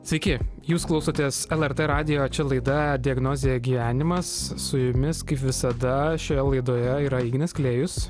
sveiki jūs klausotės lrt radijo čia laida diagnozė gyvenimas su jumis kaip visada šioje laidoje yra ignas klėjus